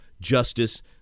justice